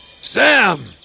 Sam